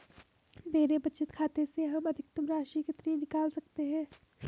मेरे बचत खाते से हम अधिकतम राशि कितनी निकाल सकते हैं?